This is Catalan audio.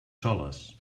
soles